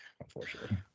unfortunately